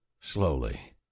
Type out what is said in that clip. slowly